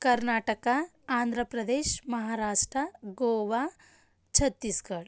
Karnataka Andhra Pradesh Maharashtra Goa Chhattisgarh